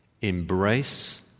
Embrace